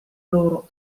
loro